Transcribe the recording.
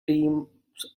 teams